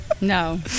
no